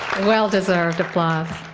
well-deserved applause.